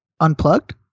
Unplugged